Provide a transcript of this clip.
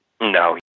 No